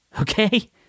Okay